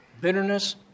bitterness